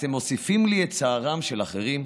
אתם מוסיפים לי את צערם של אחרים?